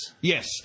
Yes